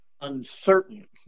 uncertain